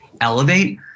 elevate